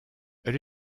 elle